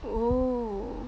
oo